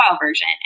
version